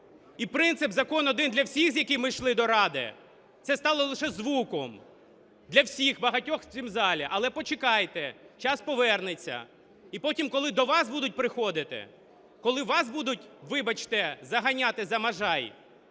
І принцип "закон один для всіх", з яким ми йшли до Ради – це стало лише звуком для всіх багатьох в цьому залі. Але почекайте, час повернеться, і потім, коли до вас будуть приходити, коли вас будуть, вибачте, заганяти за Можай,